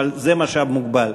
אבל זה מה שמוגבל.